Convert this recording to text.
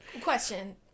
Question